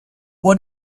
what